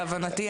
להבנתי,